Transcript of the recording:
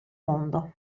mondo